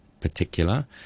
particular